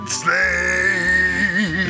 sleigh